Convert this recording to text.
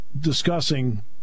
discussing